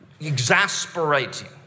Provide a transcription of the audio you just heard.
exasperating